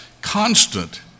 constant